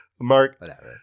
Mark